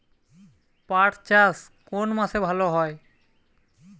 পাট চাষ কোন মাসে ভালো হয়?